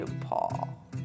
Paul